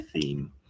theme